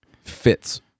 fits